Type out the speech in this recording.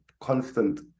constant